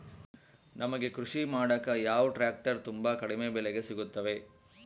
ನಮಗೆ ಕೃಷಿ ಮಾಡಾಕ ಯಾವ ಟ್ರ್ಯಾಕ್ಟರ್ ತುಂಬಾ ಕಡಿಮೆ ಬೆಲೆಗೆ ಸಿಗುತ್ತವೆ?